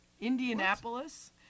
Indianapolis